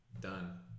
done